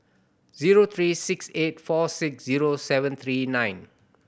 zero three six eight four six zero seven three nine